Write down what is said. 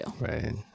Right